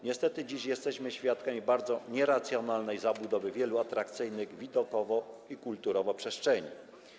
Niestety dziś jesteśmy świadkami bardzo nieracjonalnej zabudowy wielu atrakcyjnych widokowo i kulturowo przestrzeni.